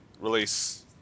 release